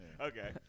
Okay